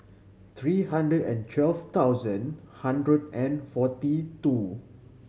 three hundred and twelve thousand hundred and forty two